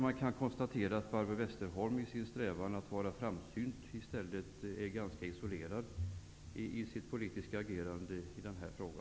Man kan konstatera att Barbro Westerholm i sin strävan att vara framsynt är ganska isolerad i sitt politiska agerande i denna fråga.